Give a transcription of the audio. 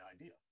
idea